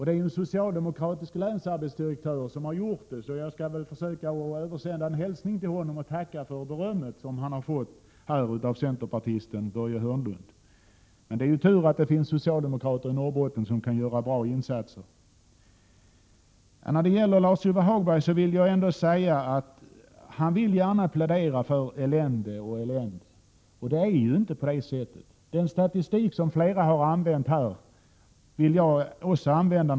Det är ju en socialdemokratisk länsarbetsdirektör som har gjort detta, så jag får väl översända en hälsning till honom och tacka för berömmet som han har fått här av centerpartisten Börje Hörnlund. Det är ju tur att det finns socialdemokrater i Norrbotten som kan göra bra insatser. Lars-Ove Hagberg vill gärna predika elände och elände. Men det är ju inte på det sättet! Den statistik som flera här har använt vill jag också använda.